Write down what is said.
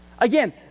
Again